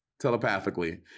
telepathically